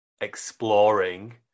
exploring